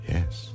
Yes